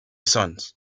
sons